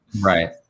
Right